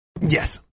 yes